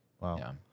Wow